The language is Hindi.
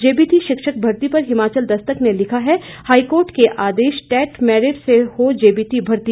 जेबीटी शिक्षक भर्ती पर हिमाचल दस्तक ने लिखा है हाईकोर्ट के आदेश टेट मैरिट से हो जेबीटी भर्ती